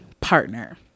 partner